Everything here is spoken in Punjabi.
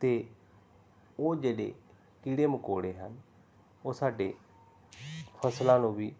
ਅਤੇ ਉਹ ਜਿਹੜੇ ਕੀੜੇ ਮਕੌੜੇ ਹਨ ਉਹ ਸਾਡੇ ਫਸਲਾਂ ਨੂੰ ਵੀ